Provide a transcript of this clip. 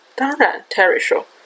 当然,Terry说